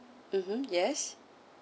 mmhmm yes